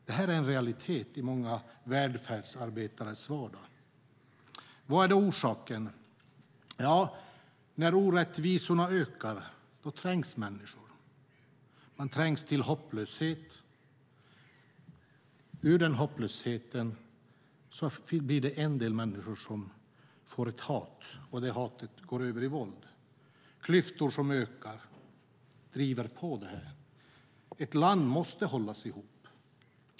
Det här är en realitet i många välfärdsarbetares vardag. Vad är då orsaken? När orättvisorna ökar trängs människorna. Man trängs till hopplöshet. Ur den hopplösheten får en del människor ett hat. Det hatet går över i våld. Klyftor som ökar driver på det här. Ett land måste hållas ihop.